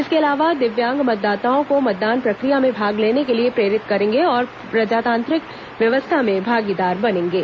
इसके अलावा दिव्यांग मतदाताओं को मतदान प्रक्रिया में भाग लेने के लिए प्रेरित करेंगे और प्रजातांत्रिक व्यवस्था में भागीदार बनेंगे